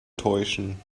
täuschen